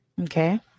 Okay